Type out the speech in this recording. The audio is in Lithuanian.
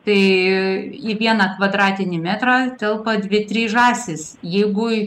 tai į vieną kvadratinį metrą telpa dvi tris žąsis jeigu